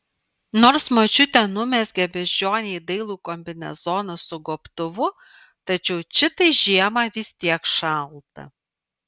nors močiutė numezgė beždžionei dailų kombinezoną su gobtuvu tačiau čitai žiemą vis tiek šalta